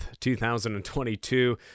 2022